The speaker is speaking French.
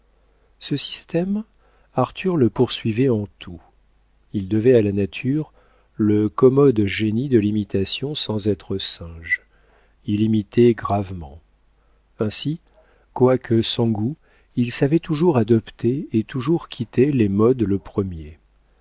ce système arthur le poursuivait en tout il devait à la nature le commode génie de l'imitation sans être singe il imitait gravement ainsi quoique sans goût il savait toujours adopter et toujours quitter les modes le premier